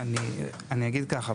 אני אגיד ככה,